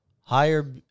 higher